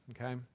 okay